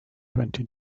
twenty